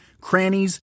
crannies